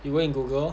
you go and Google lor